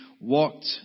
walked